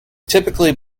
typically